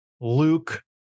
Luke